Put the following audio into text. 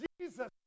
Jesus